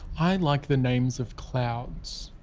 i like the names of clouds.